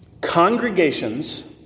congregations